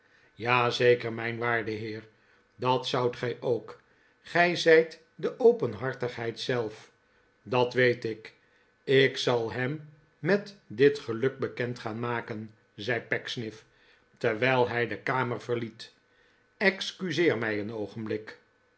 zeker mijn waarde heer dat zoudt gij ook gij zijt de openhartigheid zelf dat weet ik ik zal hem met dit geluk bekend gaan maken zei pecksniff terwijl hij de kamer verliet excuseer mij een oogenblik